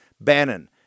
Bannon